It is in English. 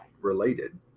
related